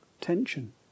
tension